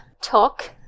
talk